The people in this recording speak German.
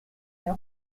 der